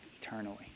eternally